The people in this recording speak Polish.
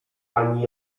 ani